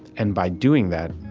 and by doing that,